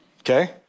okay